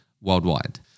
worldwide